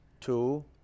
Two